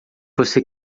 você